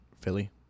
Philly